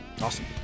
Awesome